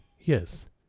Yes